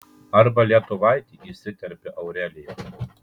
arba lietuvaitį įsiterpia aurelija